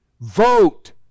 vote